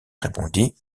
répondit